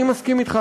אני מסכים אתך,